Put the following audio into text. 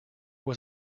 was